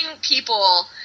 people